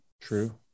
True